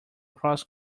cross